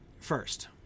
first